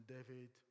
David